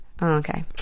okay